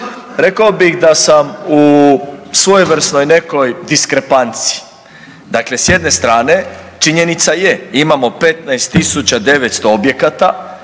Rekao bih da sam u svojevrsnoj nekoj diskrepanciji, dakle s jedne strane činjenica je imamo 15.900 objekata